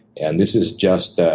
and this is just a